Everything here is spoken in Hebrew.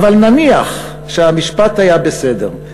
"אבל נניח שהמשפט היה בסדר,